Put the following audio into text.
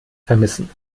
vermissen